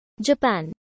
Japan